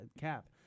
cap